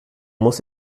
muss